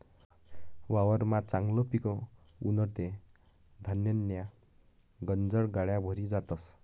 वावरमा चांगलं पिक उनं ते धान्यन्या गनज गाड्या भरी जातस